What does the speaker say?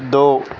دو